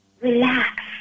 relax